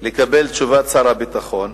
קיבלתי את תשובת שר הביטחון,